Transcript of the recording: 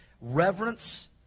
Reverence